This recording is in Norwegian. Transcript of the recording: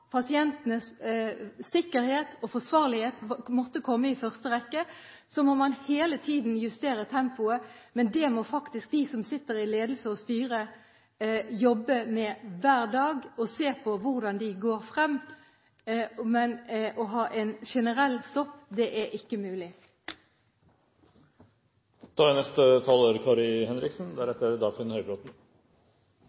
pasientenes sikkerhet og forsvarlighet måtte komme i første rekke. Så må man hele tiden justere tempoet, men det må faktisk de som sitter i ledelse og styre, jobbe med hver dag, og se på hvordan de går frem. Men å ha en generell stopp er ikke mulig.